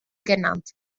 genannt